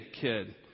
kid